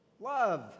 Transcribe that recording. love